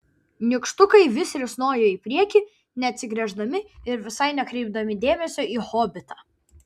nykštukai vis risnojo į priekį neatsigręždami ir visai nekreipdami dėmesio į hobitą